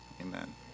Amen